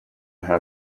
how